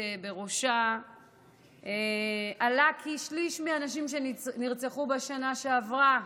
בראשה עלה היום כי שליש מהנשים שנרצחו בשנה שעברה